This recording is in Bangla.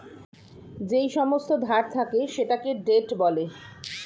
যেই সমস্ত ধার থাকে সেটাকে ডেট বলে